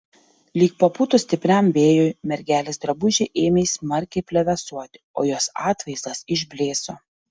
lyg papūtus stipriam vėjui mergelės drabužiai ėmė smarkiai plevėsuoti o jos atvaizdas išblėso